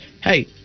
hey